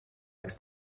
ist